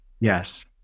Yes